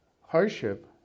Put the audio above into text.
hardship